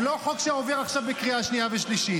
זה לא חוק שעובר בקריאה שנייה ושלישית.